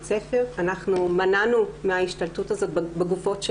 הספר ואנחנו מנענו את ההשתלטות הזאת בגופנו.